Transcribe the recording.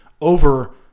over